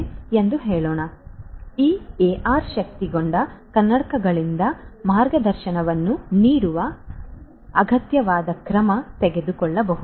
ಆದ್ದರಿಂದ ಈ ಎಆರ್ ಶಕ್ತಗೊಂಡ ಕನ್ನಡಕಗಳಿಂದ ಮಾರ್ಗದರ್ಶನವನ್ನು ನೀಡುವ ಅಗತ್ಯವಾದ ಕ್ರಮ ತೆಗೆದುಕೊಳ್ಳಬಹುದು